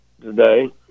today